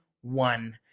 one